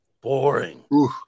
boring